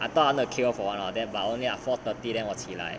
I thought I want to K_O for one hour then but only four thirty then 我起来